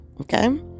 Okay